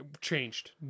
changed